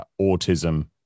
autism